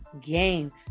game